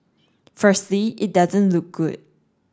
firstly it doesn't look good